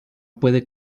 puede